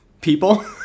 people